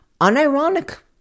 unironic